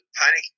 panic